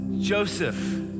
Joseph